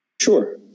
Sure